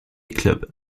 club